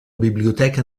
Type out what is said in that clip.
biblioteca